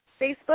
Facebook